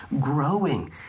growing